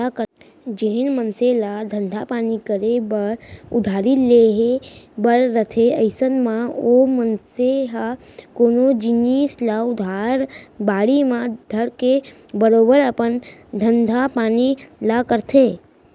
जेन मनसे ल धंधा पानी करे बर उधारी लेहे बर रथे अइसन म ओ मनसे ह कोनो जिनिस ल उधार बाड़ी म धरके बरोबर अपन धंधा पानी ल करथे